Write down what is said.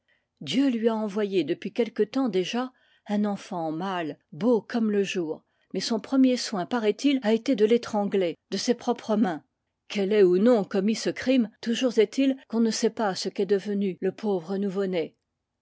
dieu lui a envoyé depuis quelque temps déjà un enfant mâle beau comme le jour mais son pre mier soin paraît-il a été de l'étrangler de ses propres mains qu'elle ait ou non commis ce crime toujours est-il qu'on ne sait ce qu'est devenu le pauvre nouveau-né